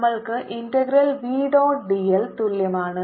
നമ്മൾക്ക് integral v dot dl തുല്യമാണ്